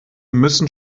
müssen